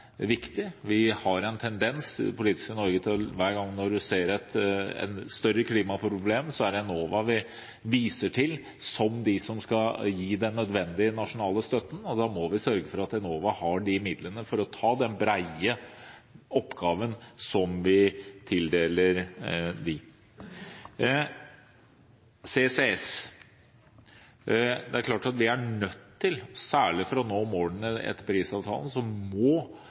viktig. I det politiske Norge har vi en tendens til, hver gang vi ser et større klimaproblem, å vise til Enova som de som skal gi den nødvendige nasjonale støtten. Da må vi sørge for at Enova har midlene til å ta den brede oppgaven som vi tildeler dem. Så til CCS: Det er klart at for å nå målene etter Paris-avtalen blir karbonfangst og -lagring viktige og helt nødvendige virkemidler for å få dette til. Vi må gjennomføre så raskt som